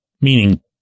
meaning